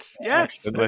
Yes